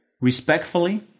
Respectfully